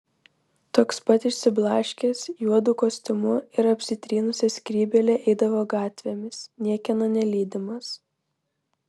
toks pat išsiblaškęs juodu kostiumu ir apsitrynusia skrybėle eidavo gatvėmis niekieno nelydimas